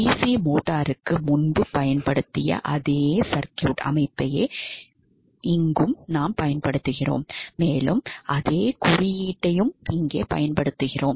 DC மோட்டருக்கு முன்பு பயன்படுத்திய அதே சர்க்யூட் மற்றும் குறியீட்டை நாங்கள் பயன்படுத்துவோம்